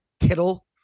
Kittle